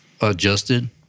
adjusted